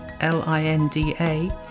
L-I-N-D-A